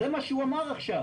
זה מה שהוא אמר עכשיו.